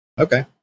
Okay